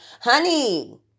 honey